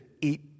eat